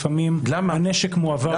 לפעמים הנשק מועבר --- למה?